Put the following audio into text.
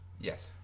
Yes